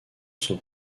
sont